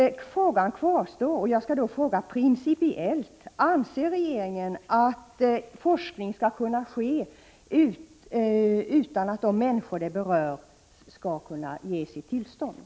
Min fråga kvarstår, och jag frågar rent principiellt: Anser regeringen att forskning skall kunna ske utan att de människor som berörs skall ge sitt tillstånd?